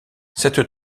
cette